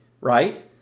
right